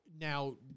now